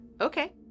Okay